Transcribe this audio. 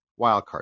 wildcard